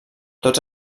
tots